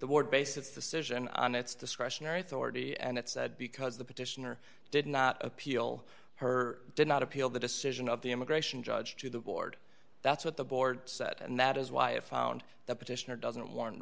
the board base its decision on its discretionary authority and it said because the petitioner did not appeal her did not appeal the decision of the immigration judge to the board that's what the board said and that is why it found the petitioner doesn't warrant